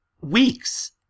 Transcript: weeks